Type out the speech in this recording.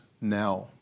now